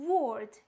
word